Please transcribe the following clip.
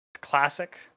classic